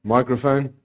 Microphone